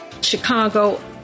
Chicago